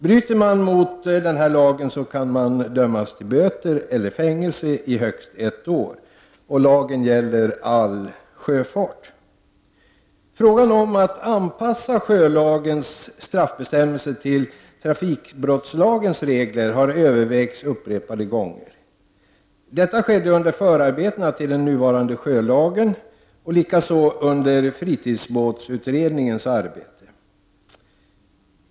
Bryter man mot denna lag kan man dömas till böter eller fängelse i högst ett år. Lagen gäller all sjöfart. Frågan om att anpassa sjölagens straffbestämmelser till trafikbrottslagens regler har övervägts upprepade gånger. Detta skedde under förarbetena till den nuvarande sjölagen, likaså under fritidsbåtsutredningens arbete.